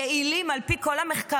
יעילים על פי כל המחקרים,